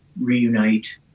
reunite